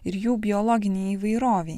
ir jų biologinei įvairovei